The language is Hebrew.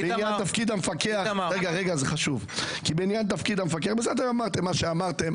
בעניין תפקיד המפקח אמרתם מה שאמרתם,